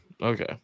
okay